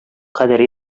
кадере